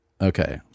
Okay